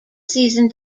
season